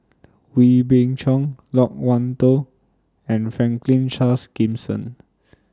Wee Beng Chong Loke Wan Tho and Franklin Charles Gimson